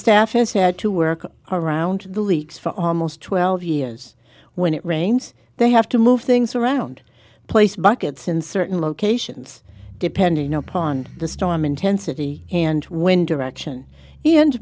staff has had to work around the leaks for almost twelve years when it rains they have to move things around place buckets in certain locations depending upon the storm intensity and wind direction and